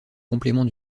complément